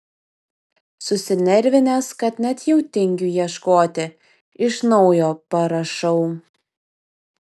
susinervinęs kad net jau tingiu ieškoti iš naujo parašau